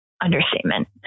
understatement